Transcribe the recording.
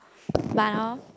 but hor